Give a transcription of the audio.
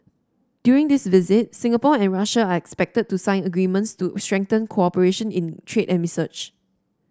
during this visit Singapore and Russia are expected to sign agreements to strengthen cooperation in trade and research